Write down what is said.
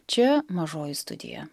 čia mažoji studija